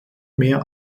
mehr